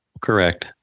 Correct